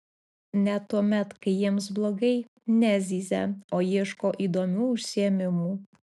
net tuomet kai jiems blogai nezyzia o ieško įdomių užsiėmimų